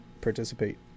participate